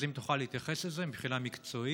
אז אם תוכל להתייחס לזה מבחינה מקצועית.